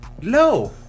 No